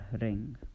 ring